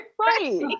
Right